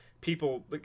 People